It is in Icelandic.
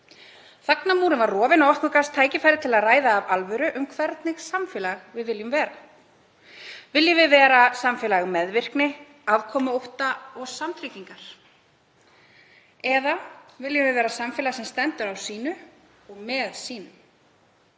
Þagnarmúrinn var rofinn og okkur gafst tækifæri til að ræða af alvöru um hvernig samfélag við viljum vera. Viljum við vera samfélag meðvirkni, afkomuótta og samtryggingar? Eða viljum við vera samfélag sem stendur á sínu og með sínum?